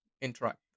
interact